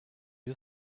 you